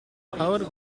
power